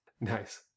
Nice